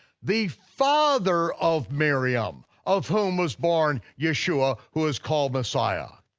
the father of miriam of whom was born yeshua, who is called messiah.